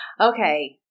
Okay